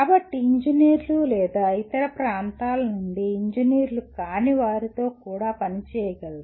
కాబట్టి ఇంజనీర్లు లేదా ఇతర ప్రాంతాల నుండి ఇంజనీర్లు కాని వారితో కూడా పని చేయగలర